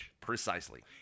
Precisely